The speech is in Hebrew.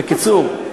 בקיצור,